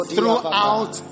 Throughout